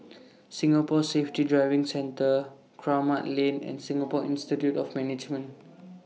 Singapore Safety Driving Centre Kramat Lane and Singapore Institute of Management